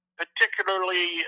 particularly